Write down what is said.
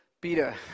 Peter